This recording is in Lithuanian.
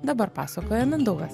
dabar pasakoja mindaugas